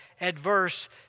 adverse